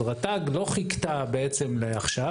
אז רט"ג לא חיכתה לעכשיו,